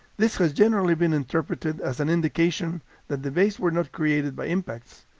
this has generally been interpreted as an indication that the bays were not created by impacts.